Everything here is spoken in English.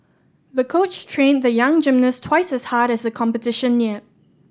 the coach trained the young gymnast twice as hard as the competition neared